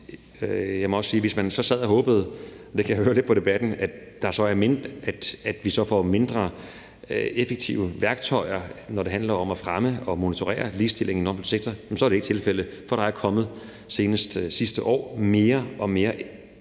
Jeg må også sige, at hvis man så sad og håbede – og det kan jeg høre lidt på debatten – at vi så får mindre effektive værktøjer, når det handler om at fremme og monitorere ligestillingen i den offentlige sektor, så er det ikke tilfældet, for der er senest sidste år kommet andre